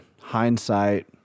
hindsight